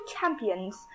champions